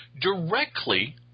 directly